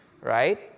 right